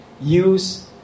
use